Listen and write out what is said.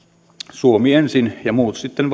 suomi ensin ja muut sitten